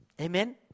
amen